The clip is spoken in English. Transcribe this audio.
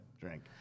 drink